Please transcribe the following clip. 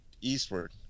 eastward